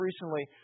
recently